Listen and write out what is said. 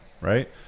right